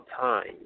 time